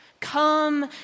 Come